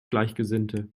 gleichgesinnte